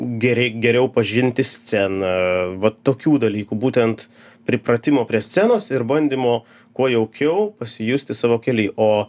geriai geriau pažinti sceną va tokių dalykų būtent pripratimo prie scenos ir bandymo kuo jaukiau pasijusti savo kely o